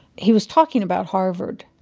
he was talking about harvard.